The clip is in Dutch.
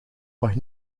mag